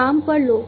काम पर लोग